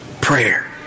prayer